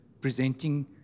presenting